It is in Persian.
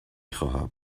خواهم